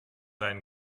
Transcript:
ein